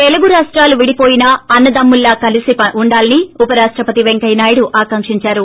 తెలుగు రాష్టాలు విడిపోయినా అన్న దమ్ముల్లా కలీసి ఉండాలని ఉపరాష్టపతి వెంకయ్యనాయుడు ఆకాంకించారు